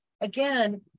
again